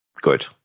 good